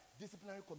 Disciplinary